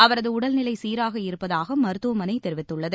அவரது உடல்நிலை சீராக இருப்பதாக மருத்துவமனை தெரிவித்துள்ளது